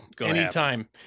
anytime